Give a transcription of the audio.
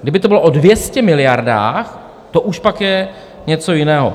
Kdyby to bylo o 200 miliardách, to už pak je něco jiného.